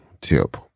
tip